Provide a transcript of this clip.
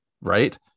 right